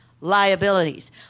liabilities